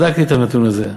בדקתי את הנתון הזה.